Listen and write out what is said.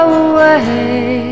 away